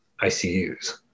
ICUs